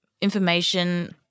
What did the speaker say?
information